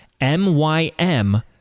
MYM